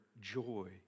joy